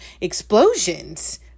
explosions